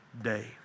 day